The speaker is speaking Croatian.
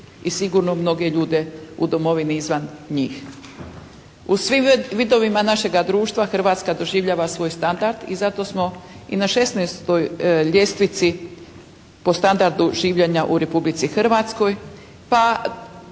i sigurno mnoge ljude u domovini i izvan njih. U svim vidovima našega društva Hrvatska doživljava svoj standard i zato smo i na 16. ljestvici po standardu življenja u Republici Hrvatskoj, pa,